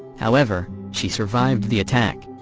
however, she survived the attack.